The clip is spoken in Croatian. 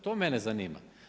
To mene zanima.